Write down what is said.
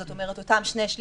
זאת אומרת אותם שני-שליש,